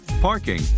parking